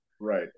Right